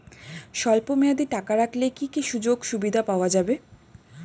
স্বল্পমেয়াদী টাকা রাখলে কি কি সুযোগ সুবিধা পাওয়া যাবে?